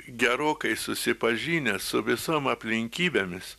gerokai susipažinęs su visom aplinkybėmis